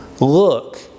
Look